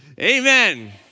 Amen